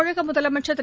தமிழக முதலமைச்சர் திரு